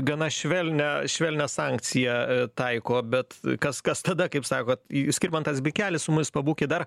gana švelnią švelnią sankciją taiko bet kas kas tada kaip sakot skirmantas bikelis su mumis pabūkit dar